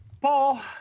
Paul